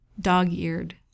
dog-eared